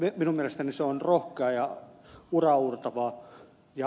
minun mielestäni se on rohkeaa ja uraauurtavaa